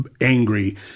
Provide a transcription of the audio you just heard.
angry